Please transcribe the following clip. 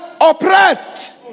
oppressed